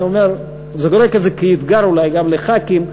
אני אומר וזורק את זה כאתגר אולי גם לחברי הכנסת,